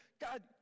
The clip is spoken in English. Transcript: God